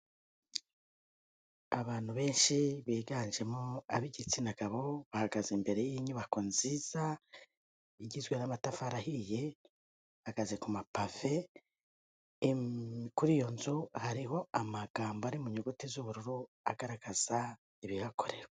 Abantu benshi biganjemo ab'igitsina gabo bahagaze imbere y'inyubako nziza, igizwe n'amatafari ahiye bahagaze ku mapave, kuri iyo nzu hariho amagambo ari mu nyuguti z'ubururu agaragaza ibiyakorwa.